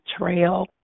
trail